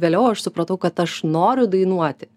vėliau aš supratau kad aš noriu dainuoti